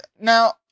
now